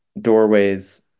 doorways